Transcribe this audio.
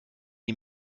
die